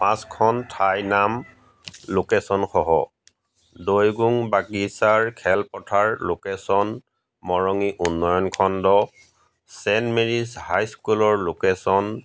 পাঁচখন ঠাইৰ নাম লোকেচনসহ দৈ গোং বাগিচাৰ খেলপথাৰ লোকেচন মৰঙী উন্নয়ন খণ্ড চেইণ্ট মেৰিজ হাইস্কুলৰ লোকেচন